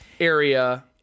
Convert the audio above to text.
area